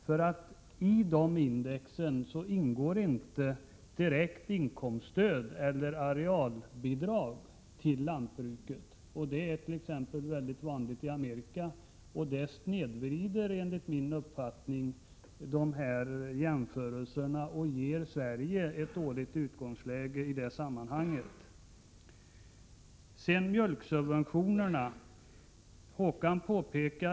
I dessa index ingår nämligen inte direkt inkomststöd som arealbidrag till jordbruket — vilket är mycket vanligt i t.ex. Amerika. Härigenom snedvrids enligt min uppfattning de internationella jämförelserna, vilket ger Sverige ett årligt utgångsläge i detta sammanhang. När det gäller mjölksubventionerna påpekade Håkan Strömberg - och det — Prot.